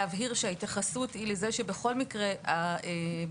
להבהיר שההתייחסות היא לזה שבכל מקרה התאגיד